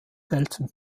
selten